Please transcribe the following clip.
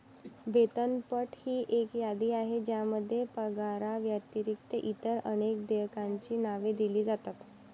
वेतनपट ही एक यादी आहे ज्यामध्ये पगाराव्यतिरिक्त इतर अनेक देयकांची नावे दिली जातात